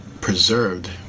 preserved